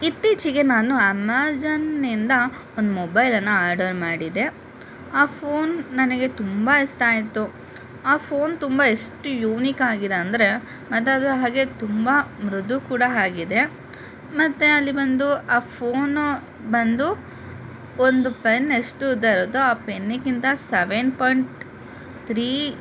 ಇತ್ತೀಚೆಗೆ ನಾನು ಅಮೇಜಾನಿನಿಂದ ಒಂದು ಮೊಬೈಲನ್ನು ಆರ್ಡರ್ ಮಾಡಿದೆ ಆ ಫೋನ್ ನನಗೆ ತುಂಬ ಇಷ್ಟ ಆಯಿತು ಆ ಫೋನ್ ತುಂಬ ಎಷ್ಟು ಯೂನಿಕ್ ಆಗಿದೆ ಅಂದರೆ ಮತ್ತದು ಹಾಗೆ ತುಂಬ ಮೃದು ಕೂಡ ಆಗಿದೆ ಮತ್ತೆ ಅಲ್ಲಿ ಬಂದು ಆ ಫೋನು ಬಂದು ಒಂದು ಪೆನ್ ಎಷ್ಟು ಉದ್ದ ಇರುತ್ತೊ ಆ ಪೆನ್ನಿಗಿಂತ ಸೆವೆನ್ ಪಾಯಿಂಟ್ ತ್ರೀ